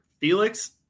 Felix